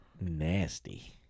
nasty